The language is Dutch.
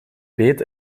beet